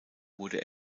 wurde